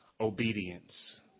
obedience